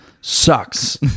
sucks